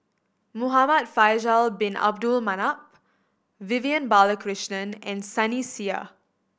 Muhamad Faisal Bin Abdul Manap Vivian Balakrishnan and Sunny Sia